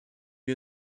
wir